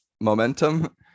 momentum